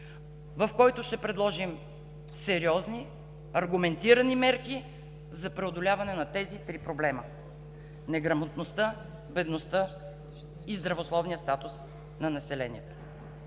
в който ще предложим сериозни, аргументирани мерки за преодоляване на тези три проблема – неграмотността, бедността и здравословния статус на населението.